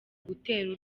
gutera